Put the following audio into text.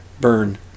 burn